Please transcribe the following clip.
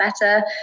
better